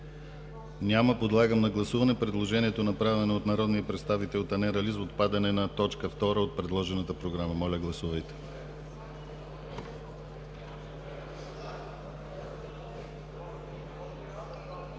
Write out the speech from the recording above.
Няма. Подлагам на гласуване предложението, направено от народния представител Танер Али, за отпадане на точка втора от предложената Програма. Моля, гласувайте.